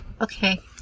Okay